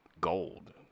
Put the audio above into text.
gold